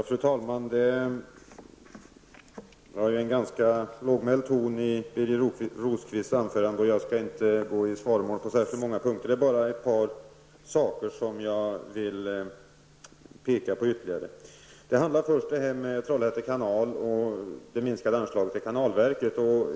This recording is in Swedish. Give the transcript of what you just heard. Fru talman! Det var en ganska långmäld ton i Birger Rosqvists anförande, och jag skall inte gå i svaromål på särskilt många punkter. Det är bara ett par saker som jag ytterligare vill peka på. Först handlar det om Trollhätte kanal och det minskade anslaget till kanalverket.